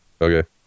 Okay